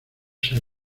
sea